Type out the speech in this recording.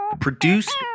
Produced